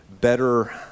better